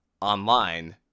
online